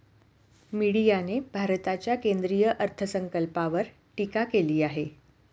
मीडियाने भारताच्या केंद्रीय अर्थसंकल्पावर टीका केली आहे